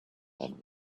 and